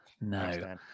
No